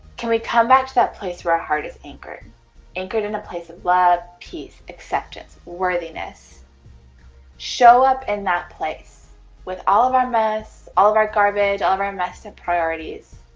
can we come back to that place where our heart is anchored anchored in the place of love peace acceptance worthiness show up in that place with all of our masks all of our garbage all of our investment priorities